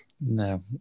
No